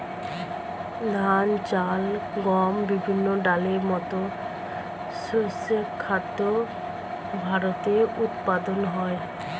ধান, চাল, গম, বিভিন্ন ডালের মতো শস্য খাদ্য ভারতে উৎপাদন হয়